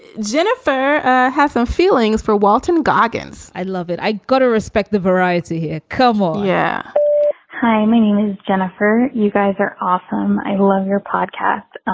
jennifer ah has some feelings for walton goggins. i love it. i gotta respect the variety. ah kovel. yeah hi, my name is jennifer. you guys are awesome. i love your podcast.